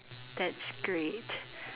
that's great